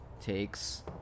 takes